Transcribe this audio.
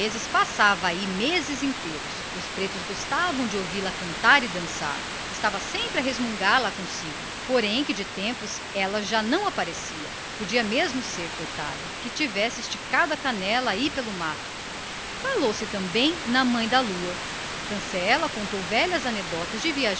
vezes passava meses inteiros na fazenda os pretos gostavam de ouvi-la cantar e vê-la dançar doida varrida estava sempre resmungando consigo mas que de tempos àquela parte não aparecia e era bem possível que a pobre diaba tivesse já esticado a canela aí pelo mato falou-se também na mãe da lua cancela contou velhas anedotas dos